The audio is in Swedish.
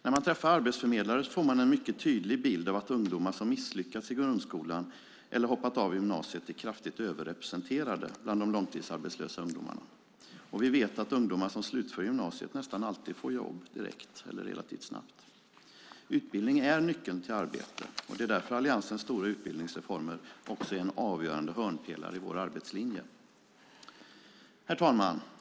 När man träffar arbetsförmedlare får man en mycket tydlig bild av att ungdomar som misslyckas i grundskolan eller som hoppat av gymnasiet är kraftigt överrepresenterade bland de långtidsarbetslösa ungdomarna. Vi vet att ungdomar som slutför gymnasiet nästan alltid direkt eller relativt snabbt får jobb. Utbildning är nyckeln till arbete. Det är därför Alliansens stora utbildningsreformer också är en avgörande hörnpelare i vår arbetslinje. Herr talman!